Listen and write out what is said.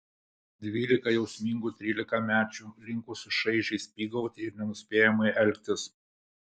dvylika jausmingų trylikamečių linkusių šaižiai spygauti ir nenuspėjamai elgtis